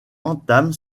entame